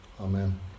Amen